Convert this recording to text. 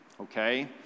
okay